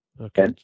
Okay